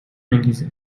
انگیزه